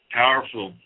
powerful